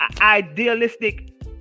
idealistic